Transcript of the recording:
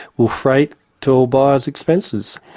will freight to all buyers' expenses.